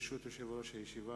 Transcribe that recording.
ברשות יושב-ראש הישיבה,